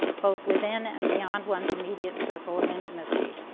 both within and beyond one's immediate circle of intimacy.